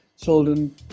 children